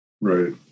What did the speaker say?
right